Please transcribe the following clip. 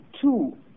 two